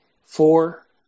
four